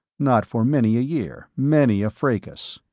not for many a year, many a fracas.